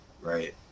Right